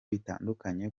bitandukanye